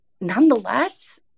nonetheless